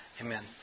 Amen